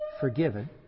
forgiven